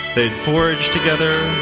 they forged together,